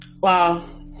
wow